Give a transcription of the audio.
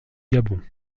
gabon